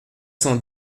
cent